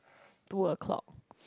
two o-clock